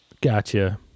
Gotcha